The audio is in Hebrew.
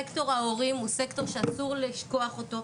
סקטור ההורים הוא סקטור שאשור לשכוח אותו,